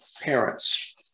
parents